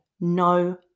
no